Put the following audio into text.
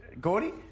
Gordy